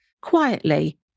quietly